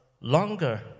longer